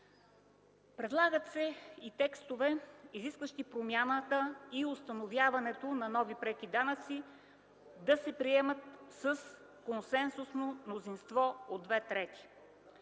Предлагат се и текстове, изискващи промяната и установяването на нови преки данъци да се приемат с консенсусно мнозинство от две трети.